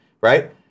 right